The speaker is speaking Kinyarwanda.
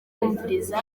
kumviriza